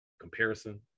comparison